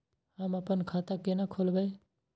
हम अपन खाता केना खोलैब?